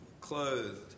clothed